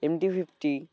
M T fifteen